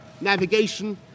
navigation